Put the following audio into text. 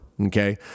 Okay